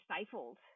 stifled